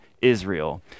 Israel